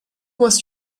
was